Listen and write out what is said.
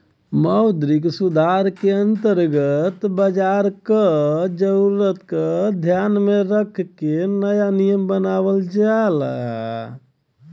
मौद्रिक सुधार के अंतर्गत बाजार क जरूरत क ध्यान में रख के नया नियम बनावल जाला